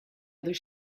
other